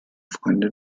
freunde